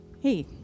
Hey